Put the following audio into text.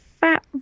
fat